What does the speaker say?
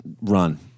run